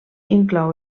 inclou